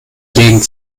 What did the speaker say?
legen